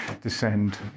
descend